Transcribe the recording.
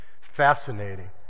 fascinating